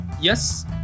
Yes